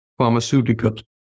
pharmaceuticals